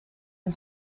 and